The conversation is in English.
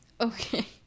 Okay